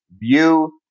view